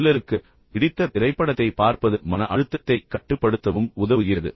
சிலருக்கு பிடித்த திரைப்படத்தைப் பார்ப்பது மன அழுத்தத்தைக் கட்டுப்படுத்தவும் உதவுகிறது